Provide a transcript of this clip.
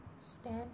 stand